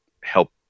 help